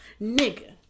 Nigga